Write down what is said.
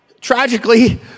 tragically